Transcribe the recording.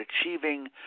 achieving